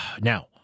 Now